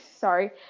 sorry